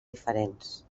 diferents